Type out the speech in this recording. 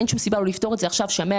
ואין שום סיבה לא לפתור את זה עכשיו ונמצא